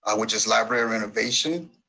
which is library renovation.